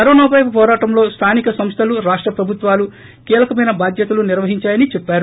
కరోనాపై వోరాటంలో స్థానిక సంస్థలు రాష్ట ప్రభుత్వాలు కీలకమైన బాధ్యతలు నిర్వహించాయని చెప్పారు